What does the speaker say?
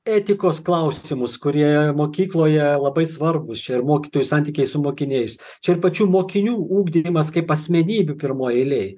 etikos klausimus kurie mokykloje labai svarbūs čia ir mokytojų santykiai su mokiniais čia ir pačių mokinių ugdymas kaip asmenybių pirmoj eilėj